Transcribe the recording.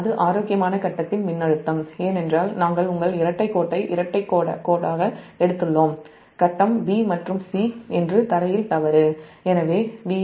அது ஆரோக்கியமான ஃபேஸ்ன் மின்னழுத்தம் ஏனென்றால் உங்கள் இரட்டை கோட்டாக எடுத்துள்ளோம் ஃபேஸ் b மற்றும் c என்று ஃபேஸ்ல் தவறு